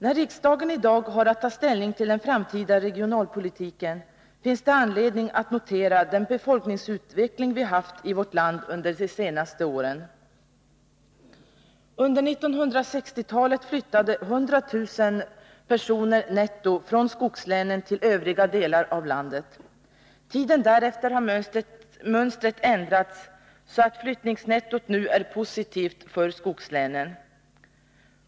När riksdagen i dag har att ta ställning till den framtida regionalpolitiken finns det anledning att notera den befolkningsutveckling vi haft i vårt land under de senaste åren. Under 1960-talet flyttade 100 000 personer netto från skogslänen till övriga delar av landet. Under tiden därefter har mönstret ändrats så att flyttningsnettot nu är positivt för skogslänen.